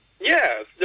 Yes